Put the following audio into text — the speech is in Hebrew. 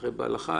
הרי בהלכה